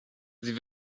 sie